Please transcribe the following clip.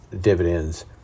dividends